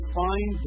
find